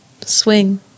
swing